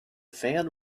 fan